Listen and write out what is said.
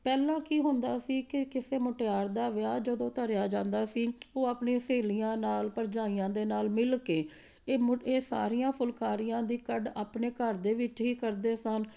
ਪਹਿਲਾਂ ਕੀ ਹੁੰਦਾ ਸੀ ਕਿ ਕਿਸੇ ਮੁਟਿਆਰ ਦਾ ਵਿਆਹ ਜਦੋਂ ਧਰਿਆ ਜਾਂਦਾ ਸੀ ਉਹ ਆਪਣੀ ਸਹੇਲੀਆਂ ਨਾਲ ਭਰਜਾਈਆਂ ਦੇ ਨਾਲ ਮਿਲ ਕੇ ਇਹ ਇਹ ਸਾਰੀਆਂ ਫੁਲਕਾਰੀਆਂ ਦੀ ਕੱਢ ਆਪਣੇ ਘਰ ਦੇ ਵਿੱਚ ਹੀ ਕਰਦੇ ਸਨ